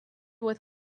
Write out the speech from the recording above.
with